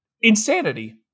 insanity